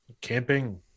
camping